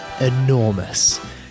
enormous